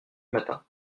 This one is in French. matin